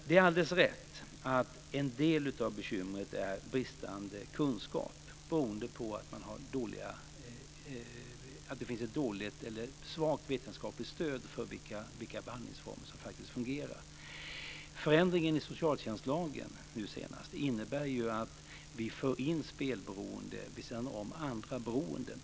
Det är alldeles rätt att en del av bekymret är bristande kunskap beroende på att det finns ett svagt vetenskapligt stöd för att säga vilka behandlingsformer som faktiskt fungerar. Den senaste ändringen i socialtjänstlagen innebär ju att vi för in spelberoende vid sidan av andra beroenden.